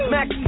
Max